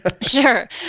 Sure